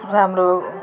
राम्रो